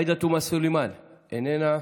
עאידה תומא סלימאן, איננה,